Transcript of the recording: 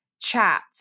chat